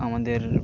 আমাদের